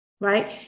right